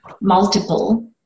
multiple